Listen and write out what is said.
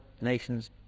nations